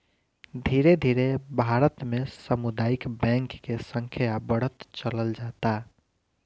धीरे धीरे भारत में सामुदायिक बैंक के संख्या बढ़त चलल जाता